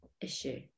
issue